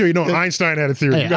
you know einstein had a theory, yeah